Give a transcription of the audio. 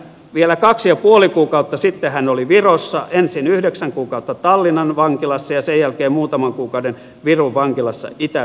vielä kaksi ja puoli kuukautta sitten hän oli virossa ensin yhdeksän kuukautta tallinnan vankilassa ja sen jälkeen muutaman kuukauden virun vankilassa itä virumaalla